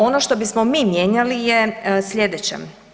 Ono što bismo mi mijenjali je slijedeće.